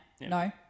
No